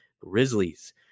Grizzlies